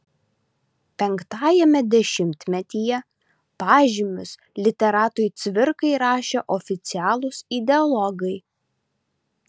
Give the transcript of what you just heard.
penktajame dešimtmetyje pažymius literatui cvirkai rašė oficialūs ideologai